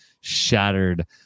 shattered